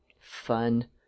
Fun